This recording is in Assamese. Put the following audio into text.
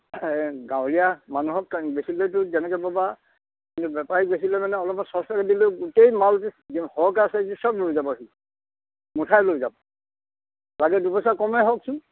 গাঁৱলীয়া মানুহক বেছিলেটো যেনেকৈ পাবা বেপাৰীক বেছিলে মানে অলপ চস্থকে দিলেও গোটেই মাল সৰহকৈ আছে যদি চব লৈ যাব সি মুঠাই লৈ যাব লাগে দুইপইচা কমে হওকচোন